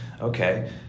okay